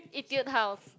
Etude House